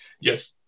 Yes